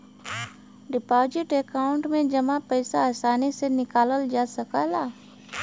deposit account में जमा पइसा आसानी से निकालल जा सकला